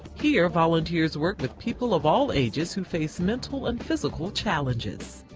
here volunteers work with people of all ages who face mental and physical challenges.